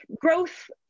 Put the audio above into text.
growth